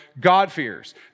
God-fears